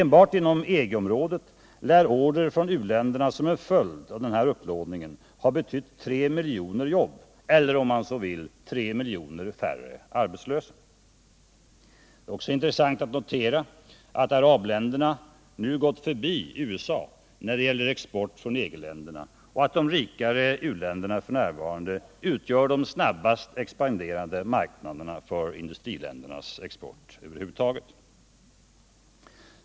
Enbart inom EG-området lär order från u-länderna som en följd av den här upplåningen ha betytt tre miljoner jobb eller, om man så vill, tre miljoner färre arbetslösa. Det är också intressant att notera att arabländerna nu gått förbi USA när det gäller export från EG-länderna och att de rikare u-länderna f.n. utgör de snabbast expanderande marknaderna för industriländernas export över huvud taget.